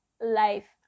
life